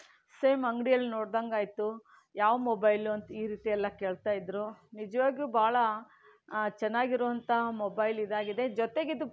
same ಅಂಗಡಿಯಲ್ಲಿ ನೋಡಿದಂಗೆ ಆಯಿತು ಯಾವ ಮೊಬೈಲು ಅಂತ ಈ ರೀತಿ ಎಲ್ಲ ಕೇಳ್ತಾಯಿದ್ರು ನಿಜವಾಗ್ಲೂ ಭಾಳ ಚೆನ್ನಾಗಿರುವಂಥ ಮೊಬೈಲ್ ಇದಾಗಿದೆ ಜೊತೆಗಿದು